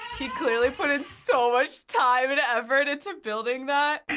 he clearly put in so much time and effort into building that.